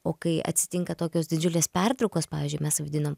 o kai atsitinka tokios didžiulės pertraukos pavyzdžiui mes vaidinom